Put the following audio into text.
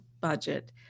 budget